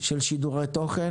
שידורי תוכן.